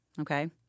okay